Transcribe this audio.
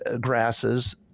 Grasses